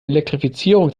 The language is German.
elektrifizierung